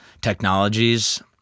technologies